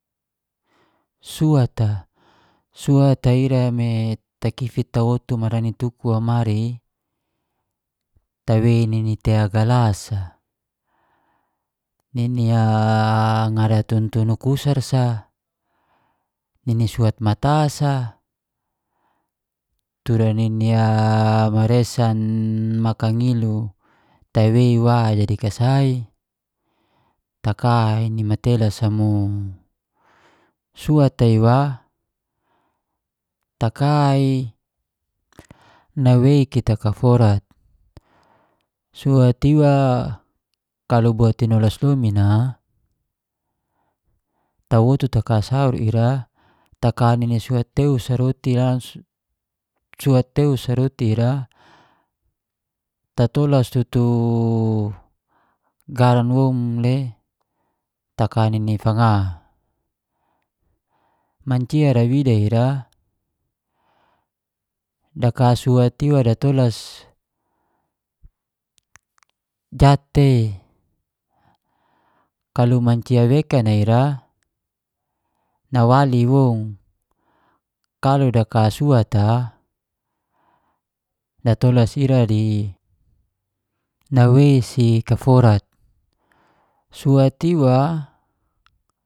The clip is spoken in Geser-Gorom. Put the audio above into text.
Suat a, suat a ira me takifit tawotu marani tuku wamari tawei nini te galas sa, ni ngara tuntuna kusal sa, nini suat mata sa, tura nini maresan, makangilu, tawei wa jadi kasai taka ni matelas amo. Suat a iwa, taka i nawei kita kaforat suat iwa kalau bua tinolas lomin a tawotu taka saur ira taka nini suat teu sa roti langsung, suat teu sa roti ira tatolas tutu garan woun le taka nini fanga. Mancia wida ra ira daka suat iwa datolas jatei, kalau mancia wekan iwa nawali woun. Kalau daka suat a, datolas ira di nawei si kaforat, suat iwa